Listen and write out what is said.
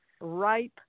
ripe